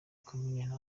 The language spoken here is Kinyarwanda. komini